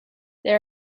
there